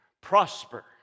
Prosper